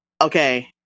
okay